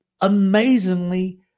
amazingly